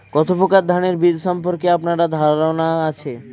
কত প্রকার ধানের বীজ সম্পর্কে আপনার ধারণা আছে?